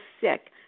sick